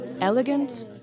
Elegant